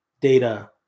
data